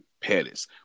Pettis